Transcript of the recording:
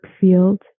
field